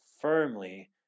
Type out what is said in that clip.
firmly